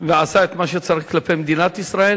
ועשה את מה שצריך כלפי מדינת ישראל,